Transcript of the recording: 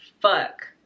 fuck